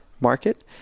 market